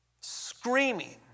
screaming